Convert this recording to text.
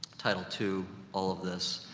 title two, all of this,